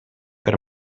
per